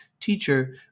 teacher